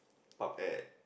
pub at